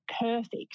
perfect